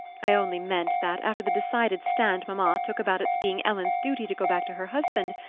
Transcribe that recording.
i only meant that, after the decided stand mamma took about its being ellen's duty to go back to her husband,